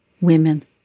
women